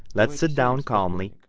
lets sit down calmly,